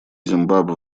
зимбабве